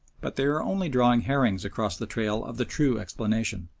but they are only drawing herrings across the trail of the true explanation.